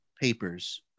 papers